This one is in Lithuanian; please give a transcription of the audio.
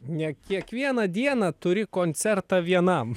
ne kiekvieną dieną turi koncertą vienam